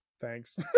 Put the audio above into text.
thanks